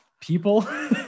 people